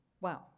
Wow